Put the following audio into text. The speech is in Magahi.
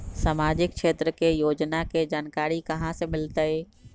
सामाजिक क्षेत्र के योजना के जानकारी कहाँ से मिलतै?